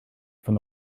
from